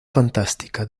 fantástica